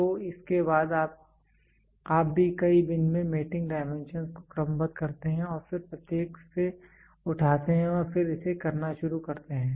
तो इसके बाद आप भी कई बिन में मेटिंग डाइमेंशंस को क्रमबद्ध करते हैं और फिर प्रत्येक से उठाते हैं और फिर इसे करना शुरू करते हैं